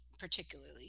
particularly